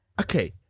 Okay